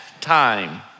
time